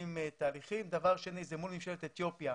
הציר השני הוא מול ממשלת אתיופיה,